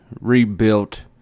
rebuilt